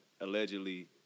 allegedly